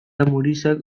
amurizak